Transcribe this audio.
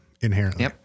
inherently